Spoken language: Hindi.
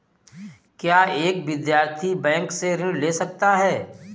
क्या एक विद्यार्थी बैंक से ऋण ले सकता है?